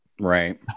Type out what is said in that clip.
right